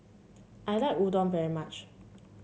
I like Udon very much